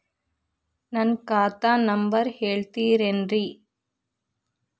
ನನ್ನ ಖಾತಾ ನಂಬರ್ ಹೇಳ್ತಿರೇನ್ರಿ?